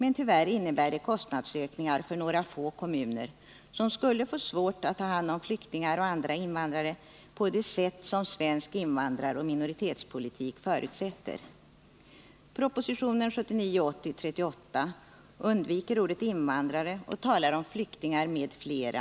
Men tyvärr innebär det också kostnadsökningar för några få kommuner, som skulle få svårt att ta hand om flyktingar och andra invandrare på det sätt som svensk invandraroch minoritetspolitik förutsätter. hjälp till flyktingar I proposition 1979/80:38 undviks ordet invandrare. Det talas om flyktingar mm.fl.